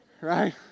Right